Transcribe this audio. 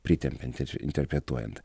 pritempiant ir interpretuojant